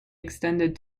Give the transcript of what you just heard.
extended